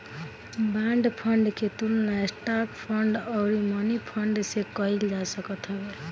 bond fund के तुलना stock fund अउरी मनीफंड से कईल जा सकत हवे